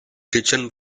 kitchen